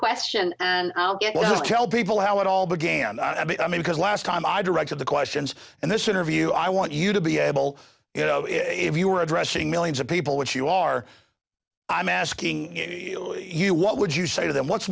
question and i'll tell people how it all began i mean because last time i directed the questions and this interview i want you to be able you know if you were addressing millions of people which you are i'm asking you what would you say to them what's